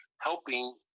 helping